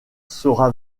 sera